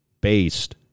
based